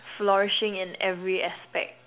flourishing in every aspect